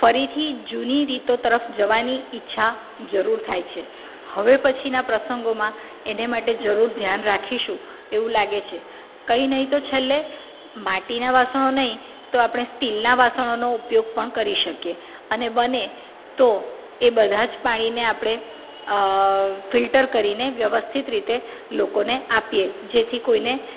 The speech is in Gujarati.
ફરીથી જૂની રીતો તરફ જવાની ઈચ્છા જરૂર થાય છે હવે પછીના પ્રસંગોમાં એને માટે જરૂર ધ્યાન રાખીશું એવું લાગે છે કંઈ નહીં તો છેલ્લે માટીના વાસણો નહીં તો આપણે સ્ટીલના વાસણોનો ઉપયોગ પણ કરી શકીએ અને બને તો એ બધા જ પાણીને આપણે ફિલ્ટર કરીને વ્યવસ્થિત રીતે લોકોને આપીએ જેથી કોઈને